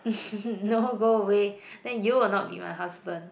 no go away then you will not be my husband